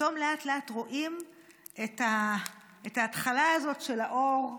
ופתאום לאט-לאט רואים את ההתחלה הזאת של האור,